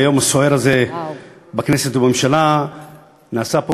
ביום הסוער הזה בכנסת ובממשלה נעשה פה,